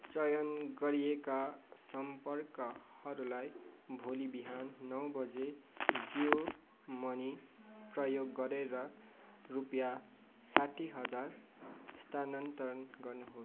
चयन गरिएका सम्पर्कहरूलाई भोलि बिहान नौ बजी जियो मनी प्रयोग गरेर रुपियाँ साठी हजार स्थानान्तरण गर्नुहोस्